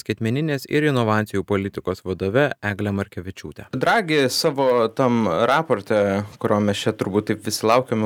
skaitmeninės ir inovacijų politikos vadove egle markevičiūte dragi savo tam raporte kurio mes čia turbūt taip visi laukiam